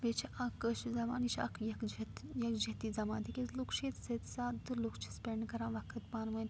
بیٚیہِ چھِ اَکھ کٲشِر زبان یہِ چھِ اَکھ یَکجت یکجہتی زبان تِکیٛاز لوٗکھ چھِ ییٚتہِ سیٚدۍ سادٕہ لوٗکھ چھِ سپیٚنٛڈ کَران وقت پانہٕ وٲنۍ